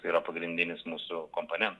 tai yra pagrindinis mūsų komponent